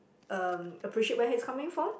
um appreciate where he is coming from